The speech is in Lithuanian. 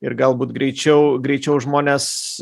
ir galbūt greičiau greičiau žmonės